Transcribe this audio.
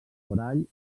corall